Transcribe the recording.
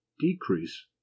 decrease